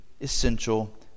essential